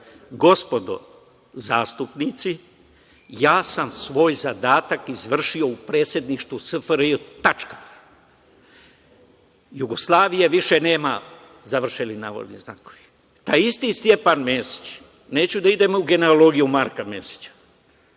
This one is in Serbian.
gospodo zastupnici, ja sam svoj zadatak izvršio u predsedništvu SFRJ, Jugoslavije više nema, završeni navodni znakovi. Taj isti Stjepan Mesić, neću da idem u generalogiju Marka Mesića,